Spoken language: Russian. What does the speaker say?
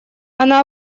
она